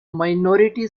minority